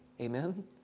Amen